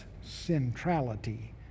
centrality